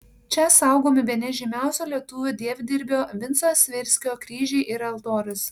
čia saugomi bene žymiausio lietuvių dievdirbio vinco svirskio kryžiai ir altorius